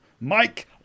Mike